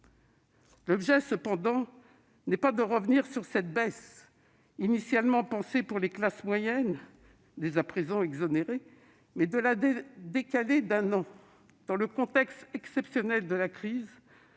s'agit cependant pas de revenir sur cette baisse initialement pensée pour les classes moyennes, dès à présent exonérées, mais de la décaler d'un an, dans le contexte exceptionnel de la crise,